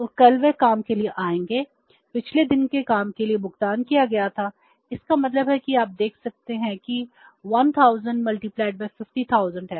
और कल वे काम के लिए आएंगे पिछले दिन के काम के लिए भुगतान किया गया था इसका मतलब है कि आप देख सकते हैं कि 1000 50000 है